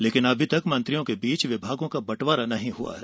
लेकिन अभी तक मंत्रियों के बीच विभागों का बंटवारा नहीं हुआ है